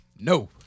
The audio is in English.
No